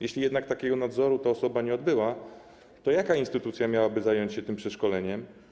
Jeśli jednak takiego nadzoru ta osoba nie odbyła, nie miała, to jaka instytucja miałaby zająć się tym przeszkoleniem?